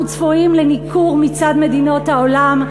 אנחנו צפויים לניכור מצד מדינות העולם,